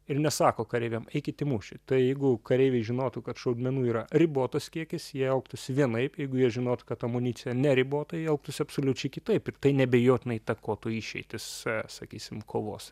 ir nesako kareiviam eikit į mūšį tai jeigu kareiviai žinotų kad šaudmenų yra ribotas kiekis jie elgtųsi vienaip jeigu jie žinotų kad amunicija neribota jie elgtųsi absoliučiai kitaip ir tai neabejotinai įtakotų išeitis sakysim kovos